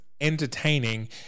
entertaining